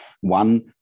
One